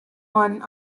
one